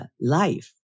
life